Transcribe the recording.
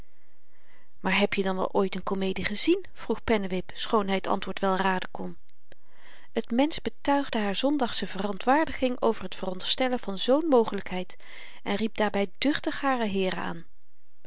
pennewip maar hebje dan wel ooit n komedie gezien vroeg pennewip schoon hy t antwoord wel raden kon het mensch betuigde haar zondagsche verontwaardiging over t veronderstellen van zoo'n mogelykheid en riep daarby duchtig haren heer aan